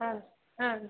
ಹಾಂ ಹಾಂ